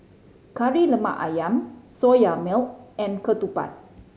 Kari Lemak Ayam Soya Milk and ketupat